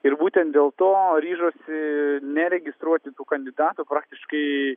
ir būtent dėl to ryžosi neregistruoti tų kandidatų praktiškai